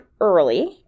early